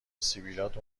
سبیلات